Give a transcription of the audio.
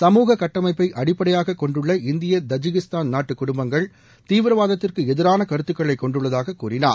சமூக கட்டமைப்ப அடிப்படையாக கொண்டுள்ள இந்திய தஜிகிஸ்தான் நாட்டு குடும்பங்கள் தீவிரவாதத்திற்கு எதிரான கருத்துக்களை கொண்டுள்ளதாக கூறினார்